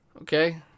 Okay